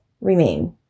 remain